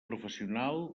professional